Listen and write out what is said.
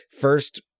first